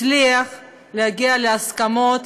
הצליח להגיע להסכמות,